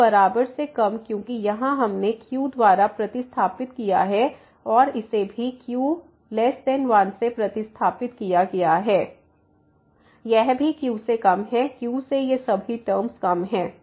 तो बराबर से कम क्योंकि यहाँ हमने q द्वारा प्रतिस्थापित किया है और इसे भी q1 से प्रतिस्थापित किया गया है यह भी q से कम है q से ये सभी टर्म कम हैं